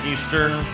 Eastern